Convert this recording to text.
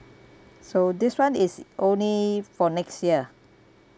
so this [one] is only for next year